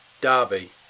Derby